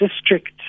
district